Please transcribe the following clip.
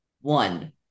One